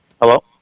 Hello